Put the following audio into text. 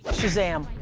but shazam.